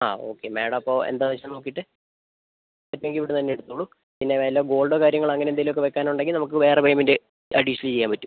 ആ okay madam അപ്പോൾ എന്താണ് ആവശ്യം നോക്കിയിട്ട് പറ്റുമെങ്കിൽ ഇവിടെ നിന്ന് തന്നെ എടുത്തോളൂ പിന്നെ വല്ല ഗോൾഡോ കാര്യങ്ങളോ അങ്ങനെ എന്തെങ്കിലും ഒക്കെ വയ്ക്കാനുണ്ടെങ്കിൽ നമുക്ക് വേറെ പേയ്മെൻറ്റ് അഡീഷണൽ ചെയ്യാൻ പറ്റും